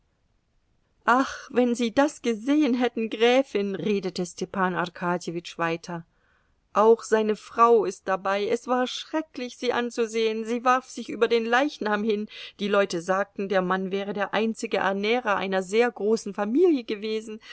ach wenn sie das gesehen hätten gräfin redete stepan arkadjewitsch weiter auch seine frau ist dabei es war schrecklich sie anzusehen sie warf sich über den leichnam hin die leute sagten der mann wäre der einzige ernährer einer sehr großen familie gewesen